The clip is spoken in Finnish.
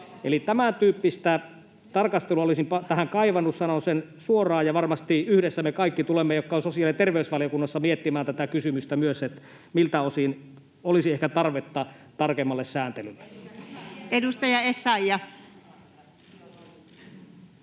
tämäntyyppistä tarkastelua olisin tähän kaivannut, sanon sen suoraan. Varmasti yhdessä me kaikki, jotka olemme sosiaali- ja terveysvaliokunnassa, tulemme miettimään myös tätä kysymystä, miltä osin olisi ehkä tarvetta tarkemmalle sääntelylle. [Speech 41]